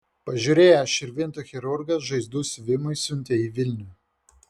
pažiūrėjęs širvintų chirurgas žaizdų siuvimui siuntė į vilnių